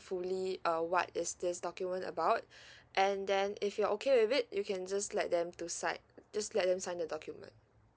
fully uh what is this document about and then if you're okay with it you can just let them to sign just let them sign the document